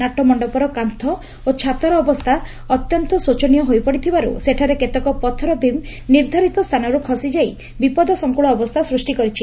ନାଟମଣ୍ଡପର କାନ୍ଟ ଓ ଛାତର ଅବସ୍ଛା ଅତ୍ୟନ୍ତ ଶୋଚନୀୟ ହୋଇପଡି ଥିବାରୁ ସେଠାରେ କେତେକ ପଥର ବିମ୍ ନିର୍ଦ୍ଧାରୀତ ସ୍ଚାନରୁ ଖସିଯାଇ ବିପଦସଙ୍କୁଳ ଅବସ୍ଚା ସୃଷ୍ କରିଛି